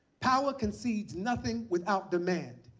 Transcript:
power concedes nothing without demand.